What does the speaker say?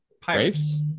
Pirates